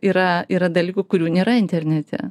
yra yra dalykų kurių nėra internete